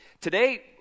Today